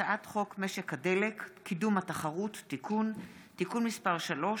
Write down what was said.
הצעת חוק משק הדלק (קידום התחרות) (תיקון) (תיקון מס' 3),